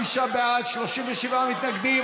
25 בעד, 37 מתנגדים.